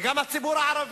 וגם בכנסת הזאת,